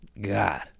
God